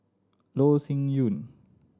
Loh Sin Yun